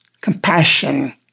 compassion